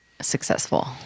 successful